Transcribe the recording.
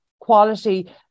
quality